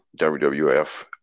WWF